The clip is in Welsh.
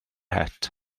het